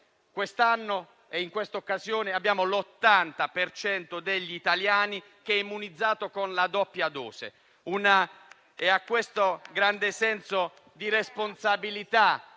questo anno e in questa occasione abbiamo l'80 per cento degli italiani immunizzato con la doppia dose. È grazie a questo grande senso di responsabilità